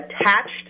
attached